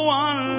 one